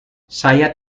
saya